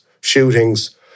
shootings